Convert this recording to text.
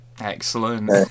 Excellent